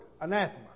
anathema